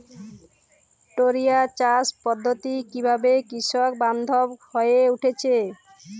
টোরিয়া চাষ পদ্ধতি কিভাবে কৃষকবান্ধব হয়ে উঠেছে?